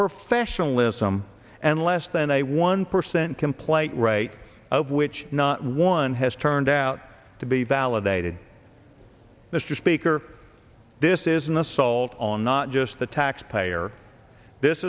professionalism and less than a one percent complaint rate of which not one has turned out to be validated mr speaker this is an assault on not just the taxpayer this